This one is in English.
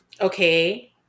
okay